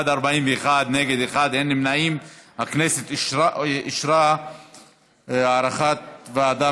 הצעת ועדת הכנסת בדבר הארכת תקופת כהונתה של הוועדה